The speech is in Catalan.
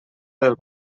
del